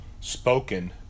spoken